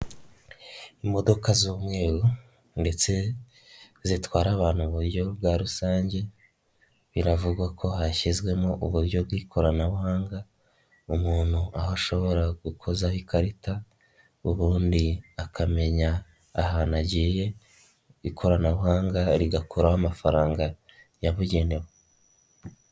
Imodoka z'umweru ndetse zitwara abantu mu buryo bwa rusange biravugwa ko hashyizwemo uburyo bw'ikoranabuhanga umuntu aho ashobora gukozaho ikarita ubundi akamenya ahantu agiye ikoranabuhanga rigakuraho amafaranga yabugenewe.